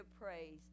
praise